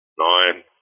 nine